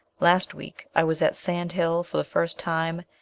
last week i was at sand hill for the first time,